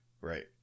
Right